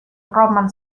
roman